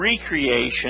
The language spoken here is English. recreation